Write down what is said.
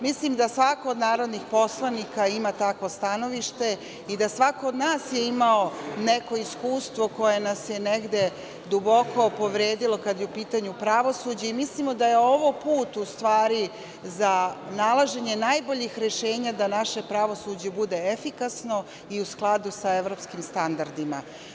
Mislim da svako od narodnih poslanika ima takvo stanovište i da svako od nas je imao neko iskustvo koje nas je negde duboko povredilo kada je u pitanju pravosuđe i mislimo da je ovo put u stvari za nalaženje najboljih rešenja da naše pravosuđe bude efikasno i u skladu sa evropskim standardima.